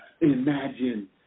imagine